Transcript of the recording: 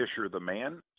FisherTheMan